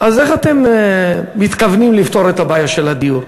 אז איך אתם מתכוונים לפתור את הבעיה של הדיור?